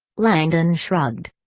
langdon shrugged.